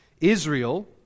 Israel